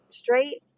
straight